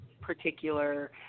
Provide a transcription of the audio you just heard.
particular